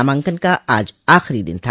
नामांकन का आज आखिरी दिन था